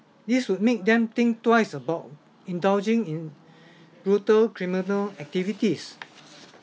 this would make them think twice about indulging in brutal criminal activities